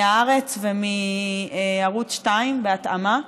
מהארץ ומערוץ 2 בהתאמה.